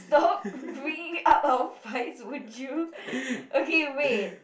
the whole bringing up her face would you okay wait